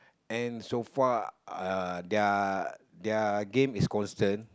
and so far uh their their game is constant